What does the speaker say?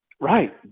Right